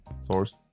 source